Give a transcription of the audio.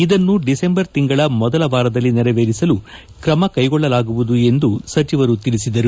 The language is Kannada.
ಇದನ್ನು ದಿಸೆಂಬರ್ ತಿಂಗಳ ಮೊದಲ ವಾರದಲ್ಲಿ ನೆರವೇರಿಸಲು ಕ್ರಮ ಕೈಗೊಳ್ಳಲಾಗುವುದು ಎಂದು ಸಚಿವರು ತಿಳಿಸಿದರು